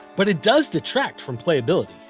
but it does detract from playability.